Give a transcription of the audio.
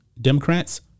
Democrats